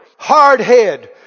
hardhead